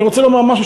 אני רוצה לומר משהו,